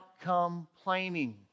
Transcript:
complaining